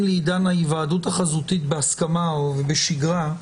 לעידן ההיוועדות החזותית בהסכמה ובשגרה,